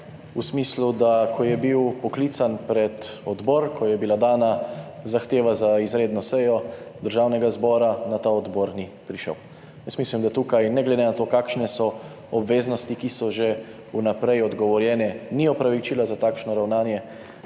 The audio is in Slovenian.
v smislu, da ko je bil poklican pred odbor, ko je bila dana zahteva za izredno sejo Državnega zbora, na ta odbor ni prišel. Jaz mislim, da tukaj ne glede na to, kakšne so obveznosti, ki so že vnaprej odgovorjene, ni opravičila za takšno ravnanje.